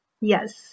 Yes